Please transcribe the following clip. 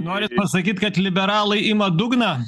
norit pasakyt kad liberalai ima dugną